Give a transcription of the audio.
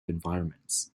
environments